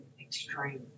extreme